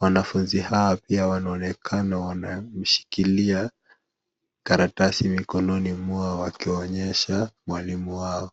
Wanafunzi hawa pia wanaonekana wanashikilia karatasi mikononi mwao, wakionyesha mwalimu wao.